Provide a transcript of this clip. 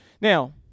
Now